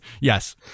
Yes